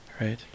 right